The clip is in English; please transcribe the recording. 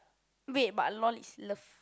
wait but Lol is love